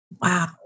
Wow